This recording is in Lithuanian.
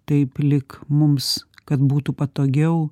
taip lyg mums kad būtų patogiau